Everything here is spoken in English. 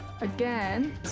Again